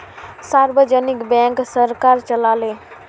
सार्वजनिक बैंक सरकार चलाछे